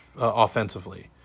offensively